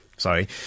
Sorry